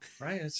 Right